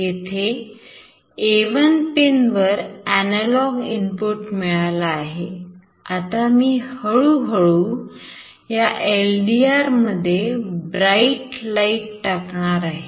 येथे A1 pin वर analogue input मिळाला आहे आता मी हळू हळू या LDR मध्ये bright light टाकणार आहे